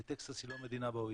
טקסס היא לא מדינה ב-OECD,